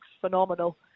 phenomenal